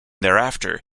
thereafter